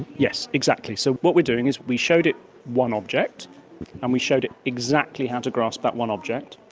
yes, exactly. so what we're doing is we showed it one object and we showed it exactly how to grasp that one object,